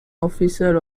officer